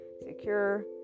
secure